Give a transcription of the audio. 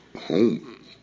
Home